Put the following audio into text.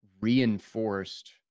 reinforced